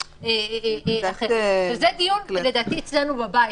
אבל זה דיון שצריך להיערך אצלנו בבית.